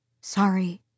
sorry